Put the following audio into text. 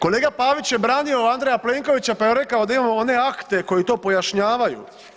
Kolega Pavić je branio Andreja Plenkovića pa je rekao da imamo one akte koji to pojašnjavaju.